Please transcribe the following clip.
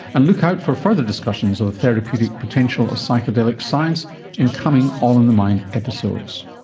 and look out for further discussions of the therapeutic potential of psychedelic science in coming all in the mind episodes.